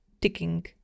ticking